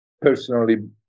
personally